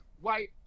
white